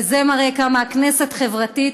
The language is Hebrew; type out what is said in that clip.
וזה מראה כמה הכנסת חברתית,